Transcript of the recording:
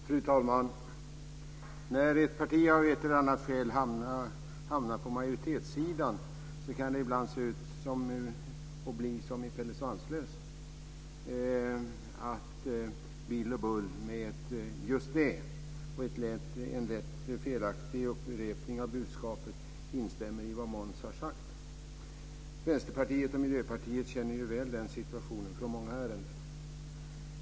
Fru talman! När ett parti av ett eller annat skäl hamnar på majoritetssidan kan det ibland bli som i och en lätt felaktig upprepning av budskapet instämmer i vad Måns har sagt. Vänsterpartiet och Miljöpartiet känner väl till den situationen från många ärenden.